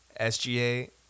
SGA